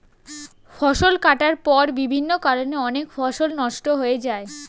ফসল কাটার পর বিভিন্ন কারণে অনেক ফসল নষ্ট হয়ে যায়